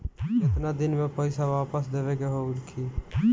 केतना दिन में पैसा वापस देवे के होखी?